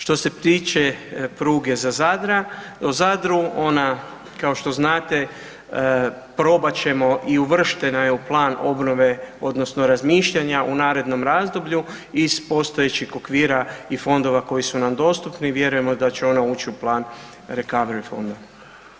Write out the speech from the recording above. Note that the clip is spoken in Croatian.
Što se tiče pruge za Zadra, o Zadru, ona kao što znate, probat ćemo i uvrštena je u plan obnove, odnosno razmišljanja u narednom razdoblju, iz postojećeg okvira i fondova koji su nam dostupni, vjerujemo da će ona uči u plan Recovery fonda.